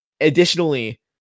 Additionally